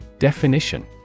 Definition